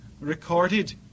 recorded